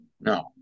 No